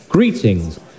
Greetings